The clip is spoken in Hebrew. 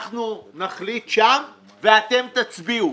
אנחנו נחליט שם ואתם תצביעו.